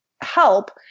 help